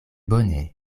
bone